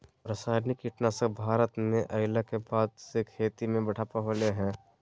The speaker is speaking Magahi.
रासायनिक कीटनासक भारत में अइला के बाद से खेती में बढ़ावा होलय हें